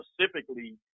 specifically